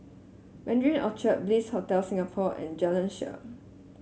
Mandarin Orchard Bliss Hotel Singapore and Jalan Shaer